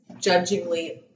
judgingly